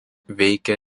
veikė